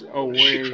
away